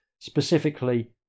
specifically